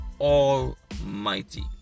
almighty